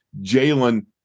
Jalen